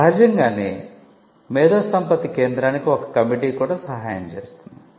సహజంగానే మేధోసంపత్తి కేంద్రానికి ఒక కమిటీ కూడా సహాయం చేస్తుంది